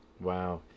Wow